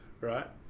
right